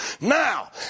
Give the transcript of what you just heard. Now